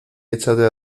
échate